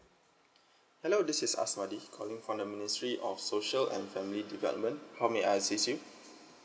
hello this is aswati calling from the ministry of social and family development how may I assist you